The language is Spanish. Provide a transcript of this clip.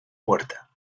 puerta